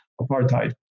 apartheid